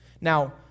Now